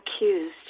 accused